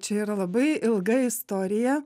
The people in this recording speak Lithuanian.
čia yra labai ilga istorija